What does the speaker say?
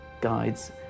guides